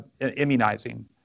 immunizing